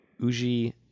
Uji